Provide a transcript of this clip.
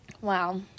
Wow